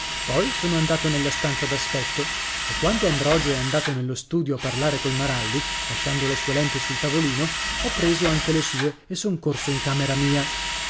poi sono andato nella stanza d'aspetto e quando ambrogio è andato nello studio a parlare col maralli lasciando le sue lenti sul tavolino ho preso anche le sue e son corso in camera mia